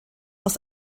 aus